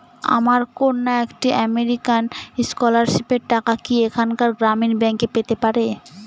আমার কন্যা একটি আমেরিকান স্কলারশিপের টাকা কি এখানকার গ্রামীণ ব্যাংকে পেতে পারে?